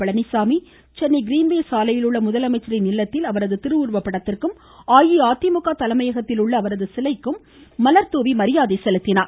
Palaniswami Chennai green way சாலையில் உள்ள முதலமைச்சரின் இல்லத்தில் அவரது திருவுருவப்படத்திற்கும் அஇஅதிமுக தலைமையகத்தில் உள்ள அவரது சிலைக்கும் மலர் தூவி மரியாதை செலுத்தினார்